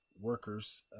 workers